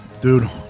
Dude